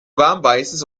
warmweißes